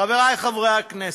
חברי חברי הכנסת,